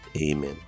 Amen